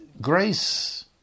Grace